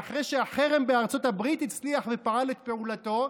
ואחרי שהחרם בארצות הברית הצליח ופעל את פעולתו,